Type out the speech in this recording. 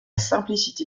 simplicité